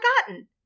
forgotten